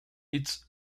its